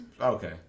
okay